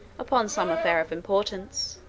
upon some affair of importance